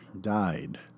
Died